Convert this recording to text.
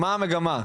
ומה המגמה.